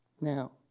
Now